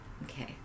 Okay